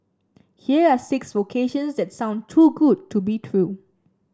here are six vocations that sound too good to be true